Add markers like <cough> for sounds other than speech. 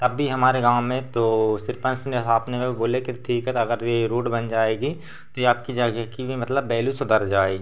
तब भी हमारे गाँव में तो सरपन्च ने <unintelligible> ने बोले कि ठीक है अगर यह रोड बन जाएगी तो यह आपकी जगह की मतलब वैल्यू सुधर जाएगी